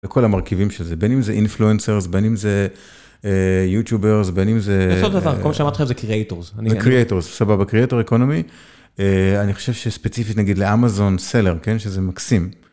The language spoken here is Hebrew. וכל המרכיבים שזה, בין אם זה אינפלואנסר, בין אם זה יוטיובר, בין אם זה... בסוד הדבר, כמו שאמרת, זה קריאטורס. זה קריאטורס, סבבה, קריאטורס אקונומי, אני חושב שספציפית נגיד לאמזון, סלר, שזה מקסים.